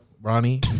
Ronnie